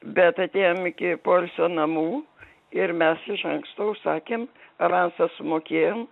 bet atėjom iki poilsio namų ir mes iš anksto užsakėm avansą sumokėjom